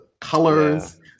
colors